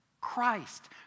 Christ